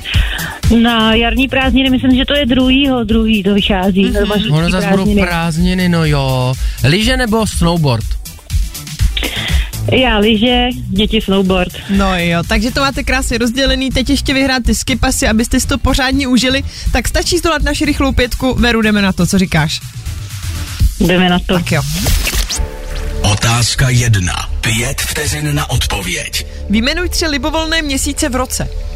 Na jarní prázdniny, myslím, že to je druhýho- druhý, to vychází, Mhm. to je mažurský Ono prázdniny. zas budou prázdniny, no jo. Lyže nebo snowboard? Já lyže, děti snowboard. No jo, takže to máte krásně rozdělený. Teď ještě vyhrát ty skipasy, abyste si to pořádně užili. Tak stačí zdolat naši rychlou pětku. Veru, jdeme na to, co říkáš? Jdeme na to. Tak jo. Otázka jedna. Pět vteřin na odpověď. Vyjmenuj tři libovolné měsíce v roce.